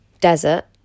desert